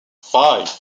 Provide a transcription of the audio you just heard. five